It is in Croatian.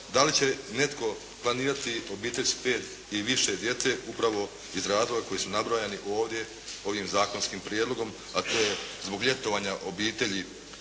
da li će netko planirati obitelj s pet i više djece upravo iz razloga koji su nabrajani ovdje ovim zakonskim prijedlogom, a to je zbog ljetovanja obitelji,